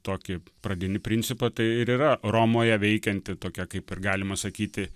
tokį pradinį principą tai ir yra romoje veikianti tokia kaip ir galima sakyti